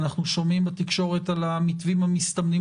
אנחנו שומעים בתקשורת על המתווים המסתמנים